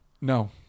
No